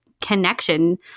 connection